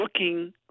looking